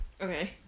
Okay